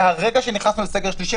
מהסגר שנכנסנו לסגר שני